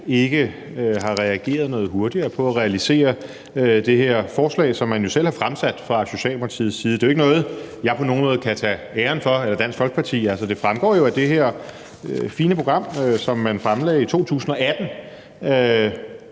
ikke har reageret noget hurtigere på at realisere det her forslag, som man jo selv er kommet med fra Socialdemokratiets side. Det er jo ikke noget, jeg eller Dansk Folkeparti på nogen måde kan tage æren for, altså, det fremgår jo af det her fine program, som man fremlagde i 2018,